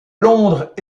londres